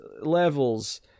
levels